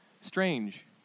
strange